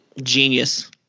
genius